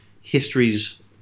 history's